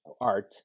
art